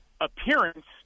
appearance